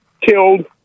killed